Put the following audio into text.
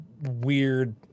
weird